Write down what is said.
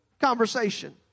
conversation